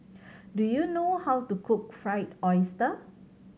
do you know how to cook Fried Oyster